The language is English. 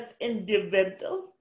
individual